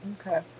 okay